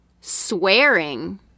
swearing